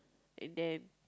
and then